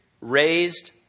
raised